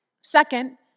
Second